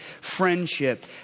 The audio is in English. friendship